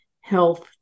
health